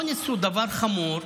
אונס הוא דבר חמור,